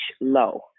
low